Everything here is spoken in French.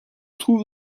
trouve